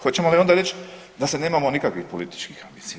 Hoćemo li onda reć da se nemamo nikakvih političkih ambicija?